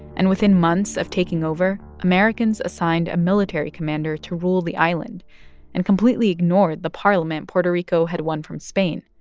and within months of taking over, americans assigned a military commander to rule the island and completely ignored the parliament puerto rico had won from spain.